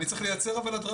אבל אני צריך לייצר הדרכה.